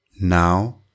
Now